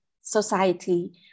society